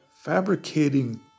fabricating